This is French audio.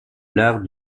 l’art